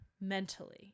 mentally